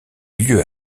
lieu